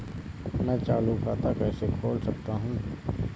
मैं चालू खाता कैसे खोल सकता हूँ?